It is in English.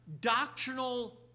doctrinal